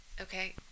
Okay